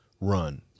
Run